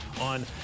on